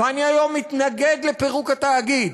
ואני היום מתנגד לפירוק התאגיד.